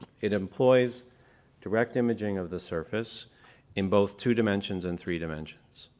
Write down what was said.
it employs direct imaging of the surface in both two dimensions and three dimensions.